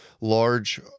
large